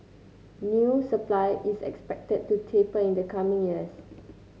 new supply is expected to taper in the coming years